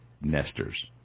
nesters